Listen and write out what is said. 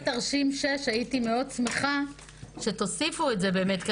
בתרשים 6 הייתי שמחה שתוסיפו את זה באמת כי